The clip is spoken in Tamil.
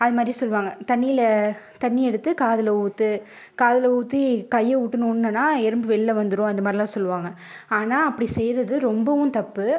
அதுமாதிரி சொல்வாங்க தண்ணியில் தண்ணி எடுத்து காதில் ஊற்று காதில் ஊற்றி கையைவுட்டு நோண்டினனா எறும்பு வெளில வந்துடும் அந்த மாதிரிலாம் சொல்லுவாங்க ஆனால் அப்படி செய்கிறது ரொம்பவும் தப்பு